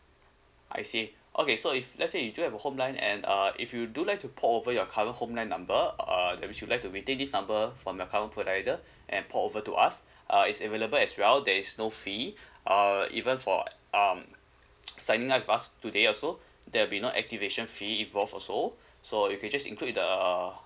I see okay so if let's say you do have a home line and uh if you do like to port over your current home line number uh that which you like to retain this number from your current provider and port over to us uh it's available as well there is no fee uh even for um signing up with us today also there'll be no activation fee involved also so if you just include the